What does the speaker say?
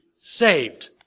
saved